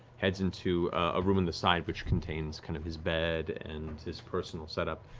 heads into a room in the side which contains kind of his bed and his personal setup.